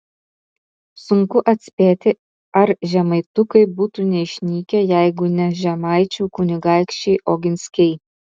sunku atspėti ar žemaitukai būtų neišnykę jeigu ne žemaičių kunigaikščiai oginskiai